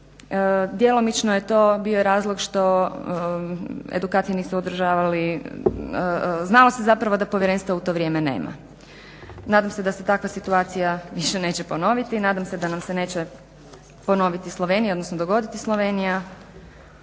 Djelomično je to bio razlog što edukacije nisu održavali, znalo se zapravo da povjerenstva u to vrijeme nema. Nadam se da se takva situacija više neće ponoviti i nadam se da nam se neće ponoviti Slovenija odnosno dogoditi Slovenija.